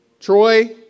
Troy